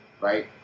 right